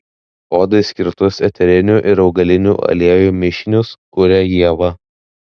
odai skirtus eterinių ir augalinių aliejų mišinius kuria ieva